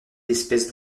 d’espèces